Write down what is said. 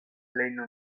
plenumita